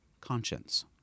conscience